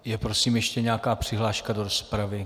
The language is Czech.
Je prosím ještě nějaká přihláška do rozpravy?